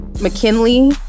mckinley